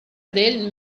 del